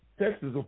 Texas